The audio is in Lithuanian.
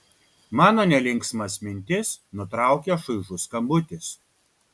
mano nelinksmas mintis nutraukia šaižus skambutis